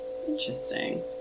Interesting